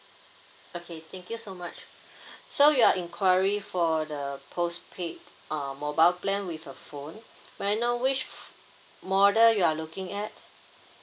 okay thank you so much so you're inquiry for the postpaid err mobile plan with a phone may I know which model you are looking at